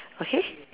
okay